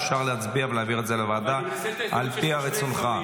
אפשר להצביע ולהעביר את זה לוועדה על פי רצונך.